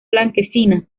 blanquecinas